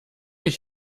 ich